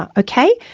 ah okay,